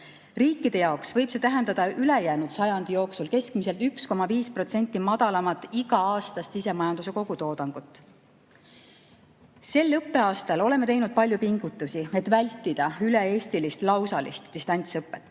Riikide jaoks võib see tähendada ülejäänud sajandi jooksul keskmiselt 1,5% madalamat iga-aastast sisemajanduse kogutoodangut. Sel õppeaastal oleme teinud palju pingutusi, et vältida üle-eestilist lausalist distantsõpet.